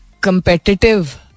competitive